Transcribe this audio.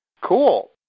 Cool